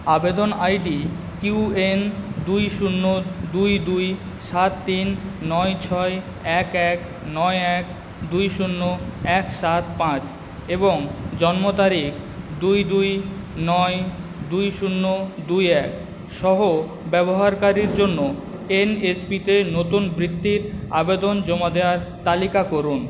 আবেদন ID Q N দুই শূন্য দুই দুই সাত তিন নয় ছয় এক এক নয় এক দুই শূন্য এক সাত পাঁচ এবং জন্মতারিখ দুই দুই নয় দুই শূন্য দুই এক সহ ব্যবহারকারীর জন্য এন এস পিতে নতুন বৃত্তির আবেদন জমা দেওয়ার তালিকা করুন